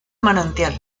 manantial